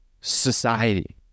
society